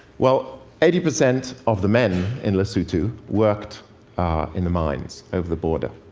well, eighty percent of the men in lesotho worked in the mines over the border,